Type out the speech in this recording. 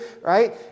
right